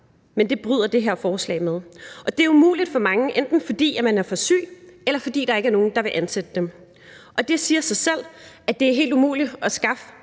men det bryder det her forslag med. Det er umuligt for mange, enten fordi de er for syge, eller fordi der ikke er nogen, der vil ansætte dem, og det siger sig selv, at det er helt umuligt at skaffe